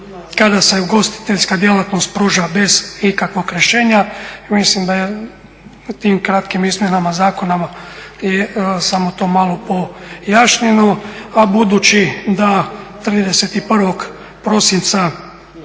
kada se ugostiteljska djelatnost pruža bez ikakvog rješenja. Mislim da je tim kratkim izmjenama zakona samo to malo pojašnjeno. A budući da 31. prosinca